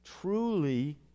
truly